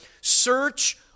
search